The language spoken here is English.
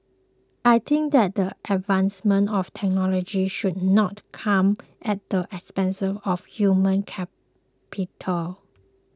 I think that the advancement of technology should not come at the expense of human capital